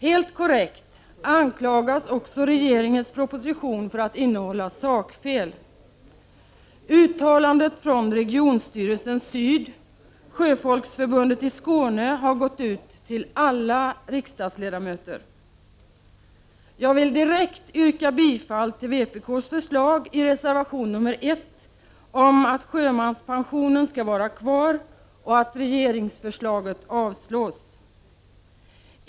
Helt korrekt anklagas också regeringens proposition för att innehålla sakfel. Uttalandet från Regionstyrelse syd, Sjöfolksförbundet i Skåne, har gått ut till alla riksdagsledamöter. Jag vill direkt yrka bifall till vpk:s förslag i reservation nr 1 om att sjömanspensionen skall vara kvar och att regeringsförslaget avslås.